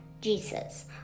Jesus